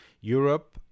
Europe